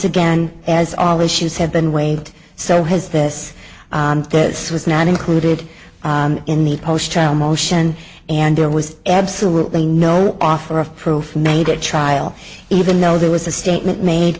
again as all issues have been waived so has this this was not included in the trial motion and there was absolutely no offer of proof made it trial even though there was a statement made